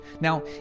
Now